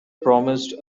promised